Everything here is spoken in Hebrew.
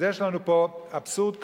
אז יש לנו פה אבסורד כפול,